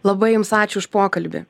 labai jums ačiū už pokalbį